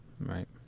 Right